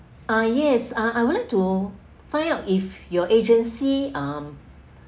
ah yes uh I would like to find out if your agency um